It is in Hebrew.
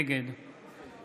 נגד